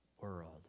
world